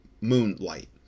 moonlight